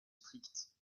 strictes